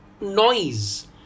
noise